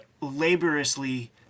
laboriously